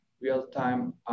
real-time